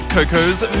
Coco's